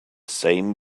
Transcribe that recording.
same